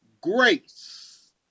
grace